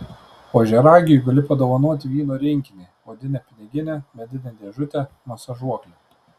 ožiaragiui gali padovanoti vyno rinkinį odinę piniginę medinę dėžutę masažuoklį